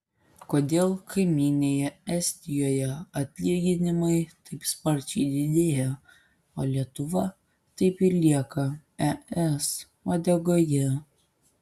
kodėl kaimynėje estijoje atlyginimai taip sparčiai didėja o lietuva taip ir lieka es uodegoje